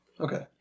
Okay